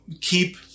keep